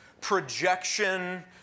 projection